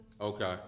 Okay